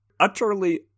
utterly